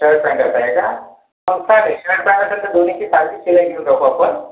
shirt पॅन्टच आहे का मग चालेल शर्ट पॅन्ट असेल तर दोन्हीची सारखीच शिलाई घेऊन टाकू आपन